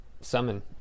summon